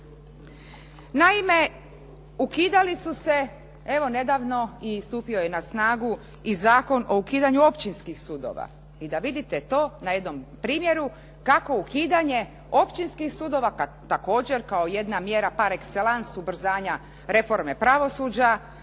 Naime, ukidali su se, evo nedavno stupio je na snagu i Zakon o ukidanju općinskih sudova. I da vidite to na jednom primjeru kako ukidanje općinskih sudova, također kao jedna mjera par excelanse ubrzanja reforme pravosuđa